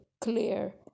clear